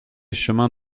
chemin